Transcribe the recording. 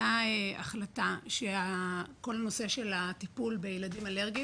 הייתה החלטה שכל נושא הטיפול בילדים אלרגיים